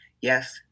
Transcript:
Yes